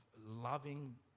loving